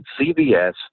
CVS